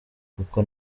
kuko